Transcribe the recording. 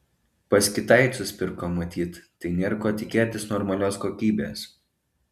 pas kitaicus pirko matyt tai nėr ko tikėtis normalios kokybės